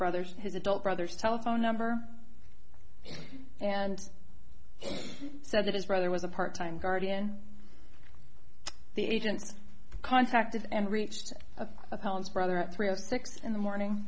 brothers his adult brother's telephone number and said that his brother was a part time guardian the agents contacted and reached appellants brother at three o six in the morning